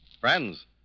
Friends